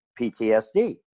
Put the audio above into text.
ptsd